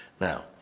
Now